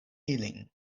ilin